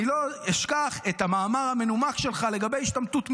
אני לא אשכח את המאמר המנומק שלך לגבי השתמטות מצה"ל.